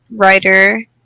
writer